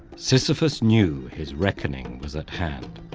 sisyphus knew his reckoning was at hand.